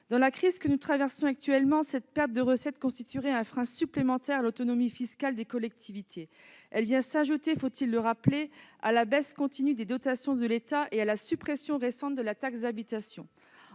Dans la crise que nous traversons actuellement, cette perte de recettes constituerait un frein supplémentaire à l'autonomie fiscale des collectivités. Elle viendrait s'ajouter- faut-il le rappeler -à la baisse continue des dotations de l'État et à la suppression récente de la taxe d'habitation.